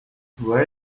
where